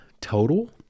total